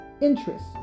interest